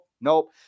Nope